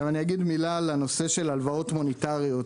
אני אגיד מילה על הנושא של הלוואות מוניטריות,